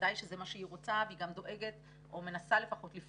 ודאי שזה מה שהיא רוצה והיא גם דואגת או לפחות מנסה לפעול